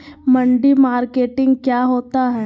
मंडी मार्केटिंग क्या होता है?